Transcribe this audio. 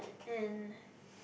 and